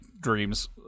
dreams